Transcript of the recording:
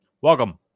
Welcome